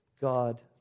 God